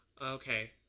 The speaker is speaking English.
Okay